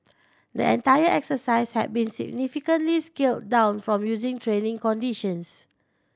the entire exercise had been significantly scaled down from usual training conditions